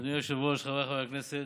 אדוני היושב-ראש, חבריי חברי הכנסת,